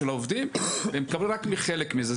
של העובדים והם מקבלים רק חלק מזה.